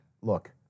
look